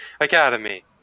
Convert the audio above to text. academy